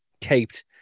taped